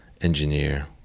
engineer